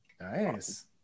Nice